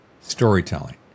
storytelling